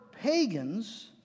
pagans